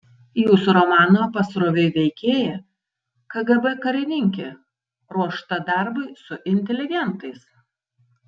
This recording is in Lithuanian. jūsų romano pasroviui veikėja kgb karininkė ruošta darbui su inteligentais